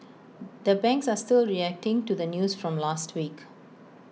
the banks are still reacting to the news from last week